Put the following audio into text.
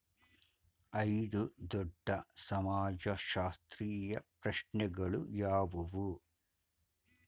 ಐದು ದೊಡ್ಡ ಸಮಾಜಶಾಸ್ತ್ರೀಯ ಪ್ರಶ್ನೆಗಳು ಯಾವುವು?